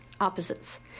opposites